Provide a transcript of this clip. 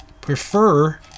prefer